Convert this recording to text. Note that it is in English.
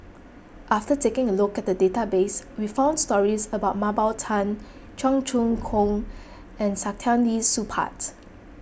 after taking a look at the database we found stories about Mah Bow Tan Cheong Choong Kong and Saktiandi Supaat